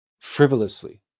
frivolously